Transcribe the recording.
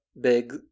big